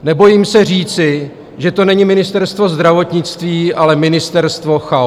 Nebojím se říci, že to není Ministerstvo zdravotnictví, ale Ministerstvo chaosu.